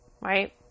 Right